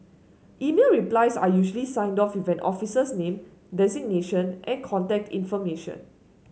email replies are usually signed off with an officer's name designation and contact information